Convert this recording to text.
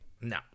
No